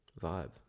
vibe